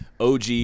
OG